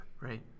Right